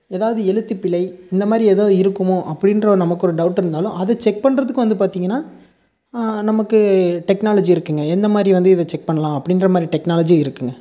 எதாவது எழுத்துப் பிழை இந்த மாதிரி எதாவது இருக்குமோ அப்படின்ற ஒரு நமக்கு ஒரு டவுட் இருந்தாலும் அதை செக் பண்ணுறத்துக்கும் வந்து பார்த்தீங்கனா நமக்கு டெக்னாலஜி இருக்குங்க எந்த மாதிரி வந்து இதை செக் பண்ணலாம் அப்டின்ற மாதிரி டெக்னாலஜியும் இருக்குதுங்க